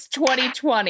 2020